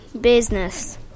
business